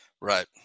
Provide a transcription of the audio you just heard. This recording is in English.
Right